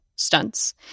stunts